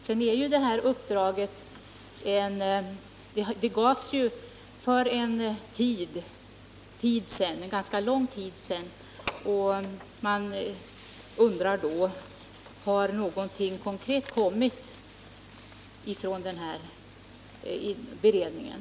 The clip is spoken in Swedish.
Dessutom gavs det här uppdraget för ganska lång tid sedan, och man undrar därför: Har någonting konkret kommit från beredningen?